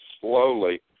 slowly